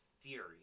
theory